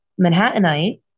Manhattanite